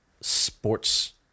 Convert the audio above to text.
sports